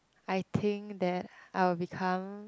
I think that I will become